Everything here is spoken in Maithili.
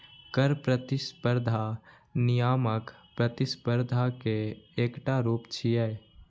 कर प्रतिस्पर्धा नियामक प्रतिस्पर्धा के एकटा रूप छियै